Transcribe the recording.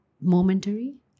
momentary